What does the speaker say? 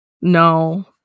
No